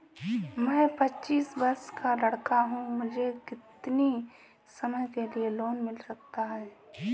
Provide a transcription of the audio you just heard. मैं पच्चीस वर्ष का लड़का हूँ मुझे कितनी समय के लिए लोन मिल सकता है?